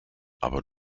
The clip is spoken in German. aber